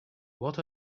what